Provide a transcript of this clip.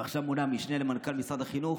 ועכשיו מונה משנה למנכ"ל משרד החינוך.